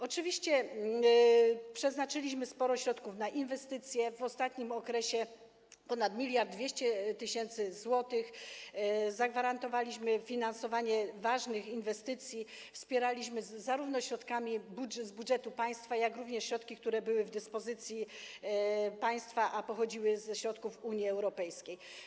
Oczywiście przeznaczyliśmy sporo środków na inwestycje, w ostatnim okresie ponad 1 000 200 tys. zł, zagwarantowaliśmy finansowanie ważnych inwestycji, wspieraliśmy je zarówno środkami z budżetu państwa, jak i środkami, które były w dyspozycji państwa, a pochodziły z Unii Europejskiej.